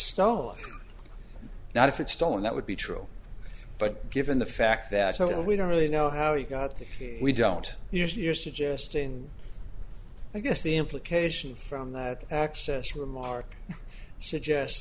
stolen not if it's stolen that would be true but given the fact that we don't really know how he got there we don't usually you're suggesting i guess the implication from that access remark suggest